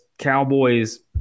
Cowboys